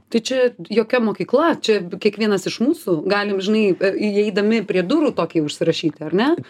tai čia jokia mokykla čia kiekvienas iš mūsų galim žinai įeidami prie durų tokį užsirašyti ar ne